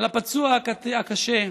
על הפצוע הקשה.